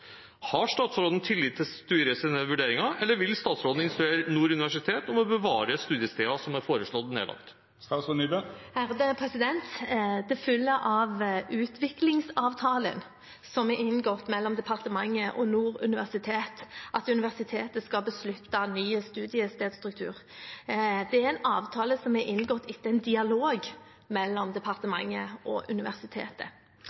Har statsråden tillit til styrets vurderinger, eller vil statsråden instruere Nord universitet om å bevare studiesteder som er foreslått nedlagt?» Det følger av utviklingsavtalen som er inngått mellom departementet og Nord universitet, at universitetet skal beslutte en ny studiestedsstruktur. Det er en avtale som er inngått etter en dialog mellom